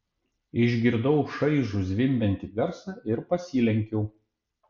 išgirdau šaižų zvimbiantį garsą ir pasilenkiau